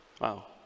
Wow